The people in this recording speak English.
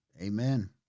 Amen